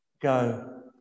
go